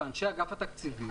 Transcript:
ואנשי אגף התקציבים